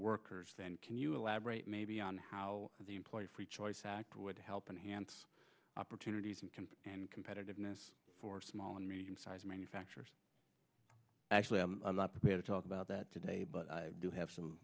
workers then can you elaborate maybe on how the employee free choice act would help enhance opportunities and competitiveness for small and medium sized manufacturers actually i'm not prepared to talk about that today but i do have some